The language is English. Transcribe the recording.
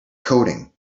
coding